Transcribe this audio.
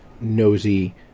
nosy